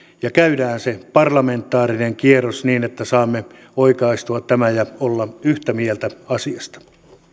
ja käydään se parlamentaarinen kierros niin että saamme oikaistua tämän ja olla yhtä mieltä asiasta